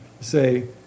say